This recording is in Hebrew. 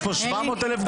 יש פה 700 אלף גופים.